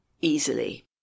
easily